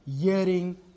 hearing